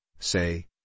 say